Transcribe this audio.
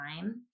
time